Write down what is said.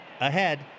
Ahead